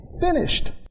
finished